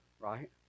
right